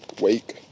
Wake